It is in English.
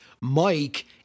Mike